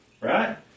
right